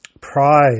pride